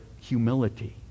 Humility